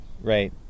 right